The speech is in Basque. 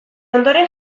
ondoren